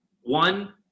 One